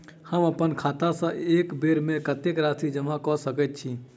हम अप्पन खाता सँ एक बेर मे कत्तेक राशि जमा कऽ सकैत छी?